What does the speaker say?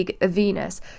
Venus